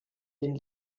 den